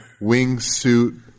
wingsuit